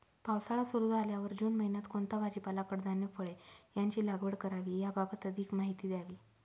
पावसाळा सुरु झाल्यावर जून महिन्यात कोणता भाजीपाला, कडधान्य, फळे यांची लागवड करावी याबाबत अधिक माहिती द्यावी?